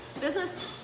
business